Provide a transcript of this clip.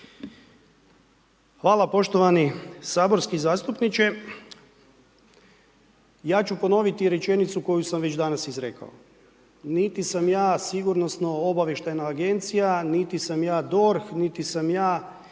Hvala poštovani saborski zastupniče, ja ću ponoviti rečenicu koju sam već danas izrekao, niti sam ja sigurnosno obavještajna agencija, niti sam ja DORH, niti sam ja